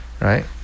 right